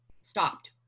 stopped